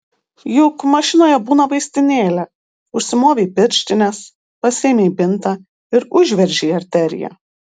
juk mašinoje būna vaistinėlė užsimovei pirštines pasiėmei bintą ir užveržei arteriją